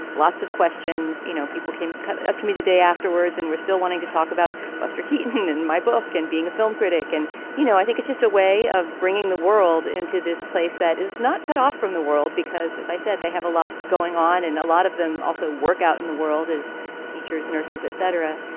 lots of questions you know people came up to me the day afterwards and were still wanting to talk about buster keaton thing in my book and being a film critic and you know i think it's just a way of bringing the world into this place that is not cut off from the world because as i said they have a lot going on and a lot of them also work out in the world as teachers nurses et cetera.